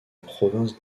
province